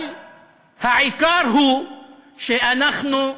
אבל העיקר הוא שאנחנו,